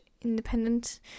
independent